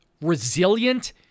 resilient